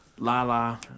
Lala